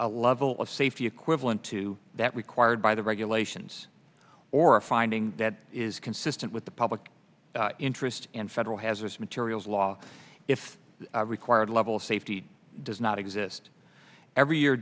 a level of safety equivalent to that required by the regulations or a finding that is consistent with the public interest and federal hazardous materials law if required level of safety does not exist every year